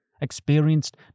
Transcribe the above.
experienced